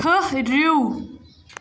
ٹھٔہرِو